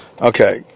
Okay